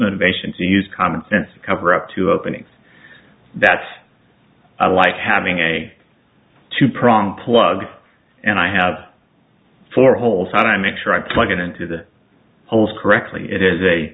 motivation to use common sense to cover up to openings that's like having a two prong plug and i have four holes and i make sure i plug it into the holes correctly it is a